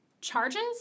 charges